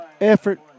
effort